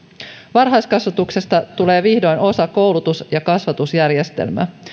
varhaiskasvatuksesta tulee vihdoin osa koulutus ja kasvatusjärjestelmää